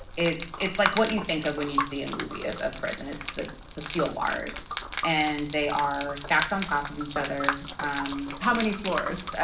it's it's like what you think of when you see a movie of of presidents. that's the steel bars and they are stacked on top of each other. um how many floors? ah